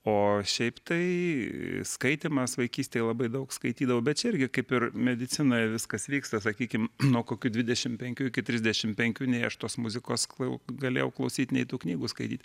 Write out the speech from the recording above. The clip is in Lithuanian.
o šiaip tai skaitymas vaikystėj labai daug skaitydavau bet čia irgi kaip ir medicinoj viskas vyksta sakykim nuo kokių dvidešimt penkių iki trisdešimt penkių nei aš tos muzikos klau galėjau klausyt nei tų knygų skaityt